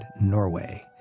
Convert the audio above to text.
Norway